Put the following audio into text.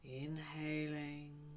inhaling